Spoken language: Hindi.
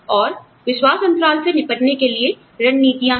और विश्वास अंतराल से निपटने के लिए रणनीतियाँ हैं